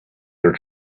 your